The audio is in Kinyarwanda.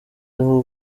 aho